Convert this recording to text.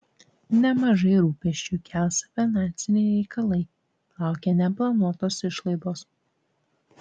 nemažai rūpesčių kels finansiniai reikalai laukia neplanuotos išlaidos